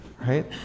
Right